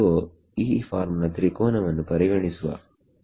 so ಈ form ನ ತ್ರಿಕೋನವನ್ನು ಪರಿಗಣಿಸುವ ಸರಿಯಾ